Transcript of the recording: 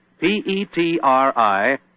P-E-T-R-I